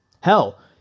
Hell